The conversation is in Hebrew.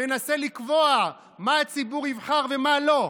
מנסה לקבוע מה הציבור יבחר ומה לא.